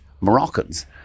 Moroccans